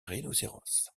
rhinocéros